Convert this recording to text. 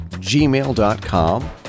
gmail.com